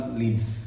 leads